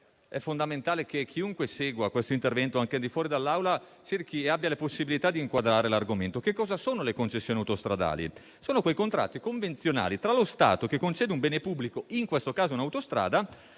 è fondamentale che chiunque segua il mio intervento, anche al di fuori dall'Aula, abbia la possibilità di inquadrare l'argomento. Che cosa sono le concessioni autostradali? Sono contratti convenzionali tra lo Stato che concede un bene pubblico, in questo caso un'autostrada,